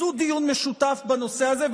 עשו דיון משותף בנושא הזה.